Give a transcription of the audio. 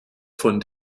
von